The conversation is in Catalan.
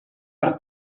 per